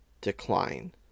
decline